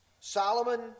Solomon